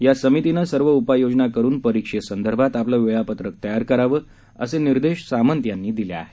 या समितीनं सर्व उपाययोजना करून परीक्षेसंदर्भात आपलं वेळापत्रक तयार करावं असे निर्देश सामंत यांनी दिले आहेत